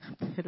Pero